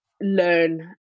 learn